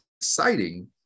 exciting